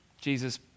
Jesus